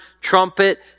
trumpet